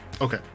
Okay